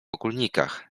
ogólnikach